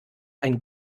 ein